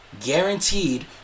guaranteed